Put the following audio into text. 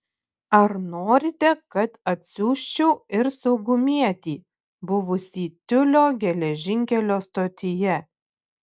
ar norite kad atsiųsčiau ir saugumietį buvusį tiulio geležinkelio stotyje